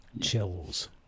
Chills